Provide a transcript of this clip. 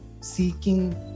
seeking